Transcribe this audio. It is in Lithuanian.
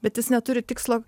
bet jis neturi tikslo